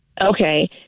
okay